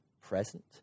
present